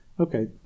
okay